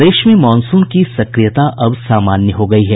प्रदेश में मानसून की सक्रियता अब सामान्य हो गयी है